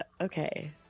okay